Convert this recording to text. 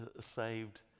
saved